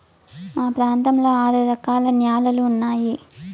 మా ప్రాంతంలో ఆరు రకాల న్యాలలు ఉన్నాయి